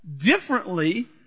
differently